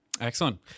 Excellent